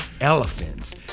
elephants